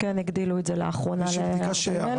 כן הגדילו את זה לאחרונה ל-40,000.